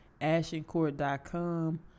ashencourt.com